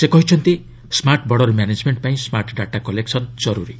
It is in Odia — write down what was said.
ସେ କହିଛନ୍ତି ସ୍କାର୍ଟ ବର୍ଡର ମ୍ୟାନେଜ୍ମେଣ୍ଟପାଇଁ ସ୍କାର୍ଟ ଡାଟା କଲେକ୍ସନ୍ ଜରୁରୀ